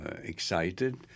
excited